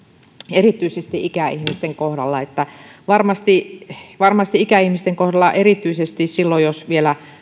erityisesti ikäihmisten kohdalla varmasti varmasti ikäihmisten kohdalla erityisesti silloin jos vielä